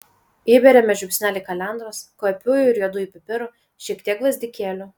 įberiame žiupsnelį kalendros kvapiųjų ir juodųjų pipirų šiek tiek gvazdikėlių